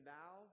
now